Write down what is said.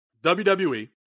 WWE